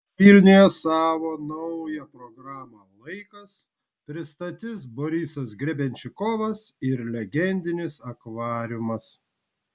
vilniuje savo naują programą laikas pristatys borisas grebenščikovas ir legendinis akvariumas